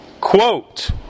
quote